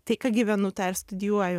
tai ką gyvenu tą ir studijuoju